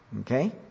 Okay